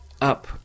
up